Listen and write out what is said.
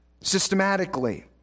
systematically